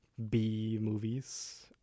B-movies